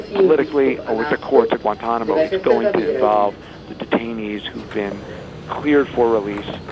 politically or with the courts at guantanamo, it's going to involve the detainees who've been cleared for release,